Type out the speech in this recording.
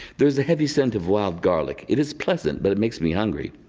there's a heavy scent of wild garlic, it is pleasant but it makes me hungry.